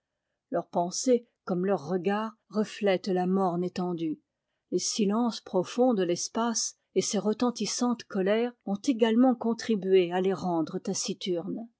leur pensée comme leur regard reflète la morne étendue les silences profonds de l'espace et ses retentissantes colères ont également contribué à les rendre taciturnes